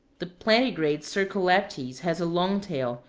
the plantigrade cercoleptes has a long tail,